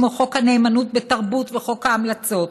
כמו חוק הנאמנות בתרבות וחוק ההמלצות,